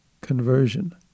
conversion